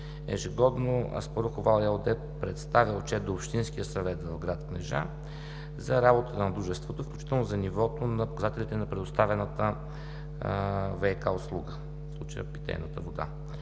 Ежегодно „Аспарухов вал” ЕООД представя отчет до Общинския съвет в град Кнежа за работата на дружеството, включително за нивото на показателите на предоставяната ВиК услуга, в случая – питейната вода.